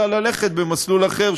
אלא ללכת במסלול אחר,